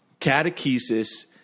catechesis